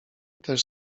też